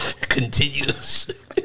continues